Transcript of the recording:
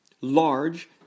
large